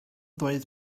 dweud